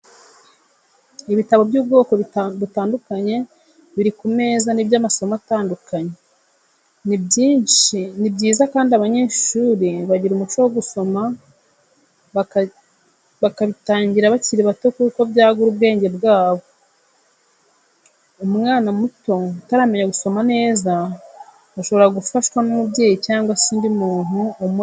Ibitabo by'ubwoko butandukanye biri ku meza ni iby'amasomo atandukanye, ni byiza ko abanyeshuri bagira umuco wo gusoma bakabitangira bakiri bato kuko byagura ubwenge bwabo, umwana muto utaramenya gusoma neza shobora gufashwa n'umubyeyi cyangwa se undi muntu umuri hafi.